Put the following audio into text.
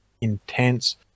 intense